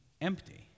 empty